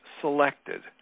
selected